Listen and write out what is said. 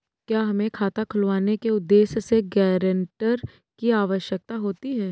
क्या हमें खाता खुलवाने के उद्देश्य से गैरेंटर की आवश्यकता होती है?